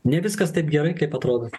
ne viskas taip gerai kaip atrodo